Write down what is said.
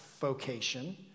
vocation